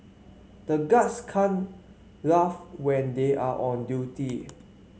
the guards can't laugh when they are on duty